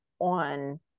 on